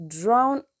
drown